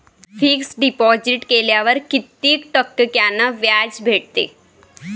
Fix deposit केल्यावर कितीक टक्क्यान व्याज भेटते?